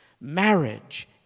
Marriage